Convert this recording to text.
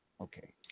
Okay